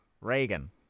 Reagan